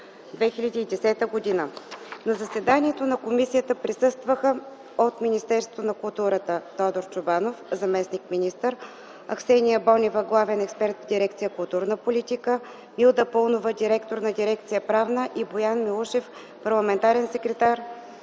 г. На заседанието на комисията присъстваха: от Министерството на културата – Тодор Чобанов, заместник-министър, Аксения Бонева, главен експерт в дирекция „Културна политика”, Милда Паунова, директор на дирекция „Правна”, и Боян Милушев, парламентарен секретар;